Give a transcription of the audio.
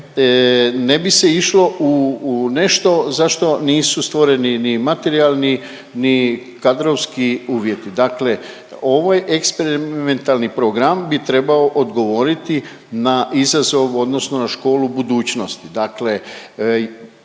ne bi se išlo u nešto za što nisu stvoreni ni materijalni, ni kadrovski uvjeti. Dakle, ovaj eksperimentalni program bi trebao odgovoriti na izazov odnosno na školu budućnosti.